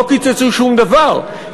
לא קיצצו שום דבר,